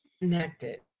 connected